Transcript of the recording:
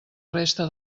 resta